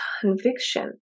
conviction